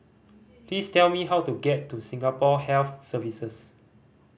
please tell me how to get to Singapore Health Services